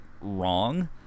wrong